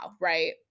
right